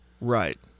Right